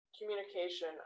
communication